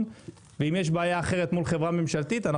ואם יש בעיה אחרת מול חברה ממשלתית,